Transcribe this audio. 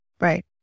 Right